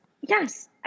Yes